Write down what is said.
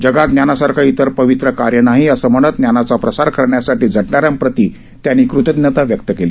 जगात ज्ञानासारखं इतर काहीही पवित्र नाही असं म्हणत ज्ञानाचा प्रसार करण्यासाठी झटणाऱ्यांप्रती त्यांनी कृतज्ञता व्यक्त केली